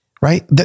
right